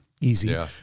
easy